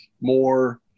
more